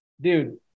Dude